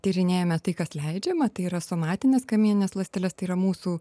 tyrinėjame tai kas leidžiama tai yra somatines kamienines ląsteles tai yra mūsų